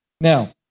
Now